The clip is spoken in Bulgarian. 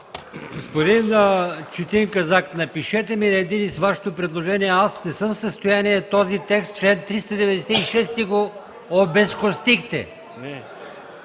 Господин Четин Казак, напишете ми на един лист с Вашето предложение. Аз не съм в състояние този текст на чл. 396 да го запазя.